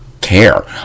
care